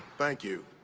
thank you.